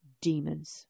demons